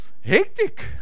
hectic